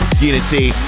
unity